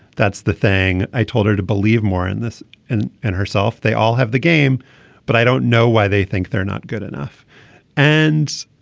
that's the thing i told her to believe more in this and herself. they all have the game but i don't know why they think they're not good enough and